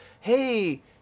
hey